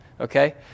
Okay